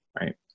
right